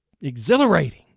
exhilarating